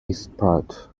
experts